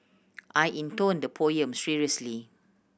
I intoned the poem seriously